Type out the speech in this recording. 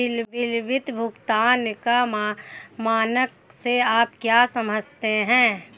विलंबित भुगतान का मानक से आप क्या समझते हैं?